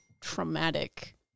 traumatic